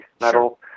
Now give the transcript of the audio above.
metal